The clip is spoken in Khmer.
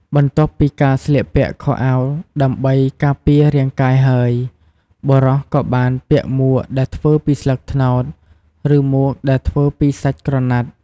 បន្ទាប់ពីការស្លៀកពាក់ខោអាវដើម្បីការពាររាងកាយហើយ បុរសក៏បានពាក់មួកដែលធ្វើពីស្លឹកត្នោត ឬមួកដែលធ្វើពីសាច់ក្រណាត់។